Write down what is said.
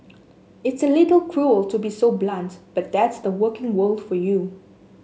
it's a little cruel to be so blunt but that's the working world for you